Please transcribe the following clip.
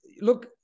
look